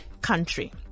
country